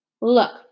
Look